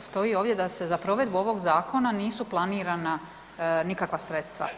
stoji ovdje da se za provedbu ovog zakona nisu planirana nikakva sredstva.